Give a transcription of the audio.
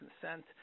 consent